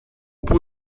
pont